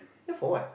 if for what